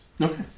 Okay